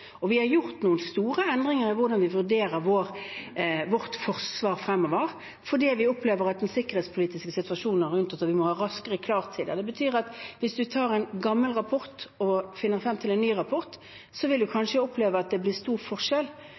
år. Vi har gjort noen store endringer i hvordan vi vurderer vårt forsvar fremover, fordi vi opplever at den sikkerhetspolitiske situasjonen er grunn til at vi må ha raskere klartid. Det betyr at hvis man leser en gammel rapport og så finner frem en ny rapport, vil man kanskje oppleve at det er stor forskjell.